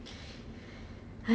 secondary school 就玩 netball liao [what]